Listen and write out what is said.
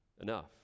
Enough